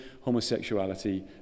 Homosexuality